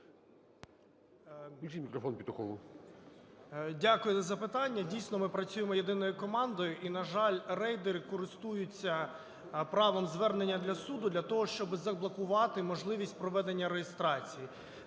Дякую за запитання. Дійсно, ми працюємо єдиною командою, і, на жаль, рейдери користуються правом звернення до суду для того, щоби заблокувати можливість проведення реєстрації.